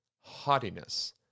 haughtiness